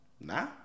nah